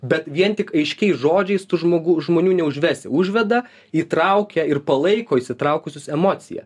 bet vien tik aiškiais žodžiais tu žmogų žmonių neužvesi užveda įtraukia ir palaiko įsitraukusius emociją